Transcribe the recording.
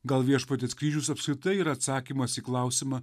gal viešpaties kryžius apskritai yra atsakymas į klausimą